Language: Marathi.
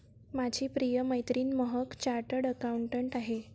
माझी प्रिय मैत्रीण महक चार्टर्ड अकाउंटंट आहे